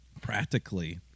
Practically